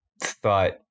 thought